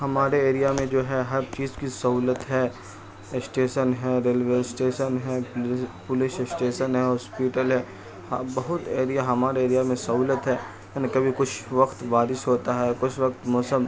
ہمارے ایریا میں جو ہے ہر چیز کی سہولت ہے اسٹیشن ہے ریلوے اسٹیشن ہے پولیس اسٹیشن ہے ہاسپیٹل ہے بہت ایریا ہمارے ایریا میں سہولت ہے یعنی کبھی کچھ وقت بارش ہوتا ہے کچھ وقت موسم